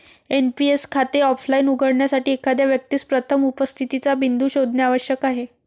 NPS खाते offline उघडण्यासाठी, एखाद्या व्यक्तीस प्रथम उपस्थितीचा बिंदू शोधणे आवश्यक आहे